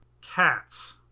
cats